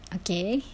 okay